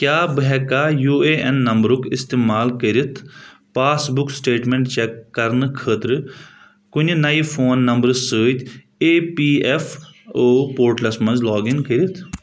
کیٛاہ بہٕ ہیٚکا یوٗ اے این نمبرُک استعمال کٔرِتھ پاس بُک سٹیٹمنٹ چیک کرنہٕ خٲطرٕ کُنہِ نیہِ فون نمبر سۭتۍ اے پی ایف او پورٹلس مَنٛز لاگ اِن کٔرتھ